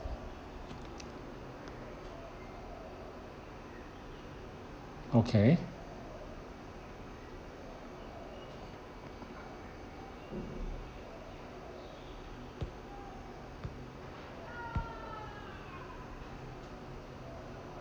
okay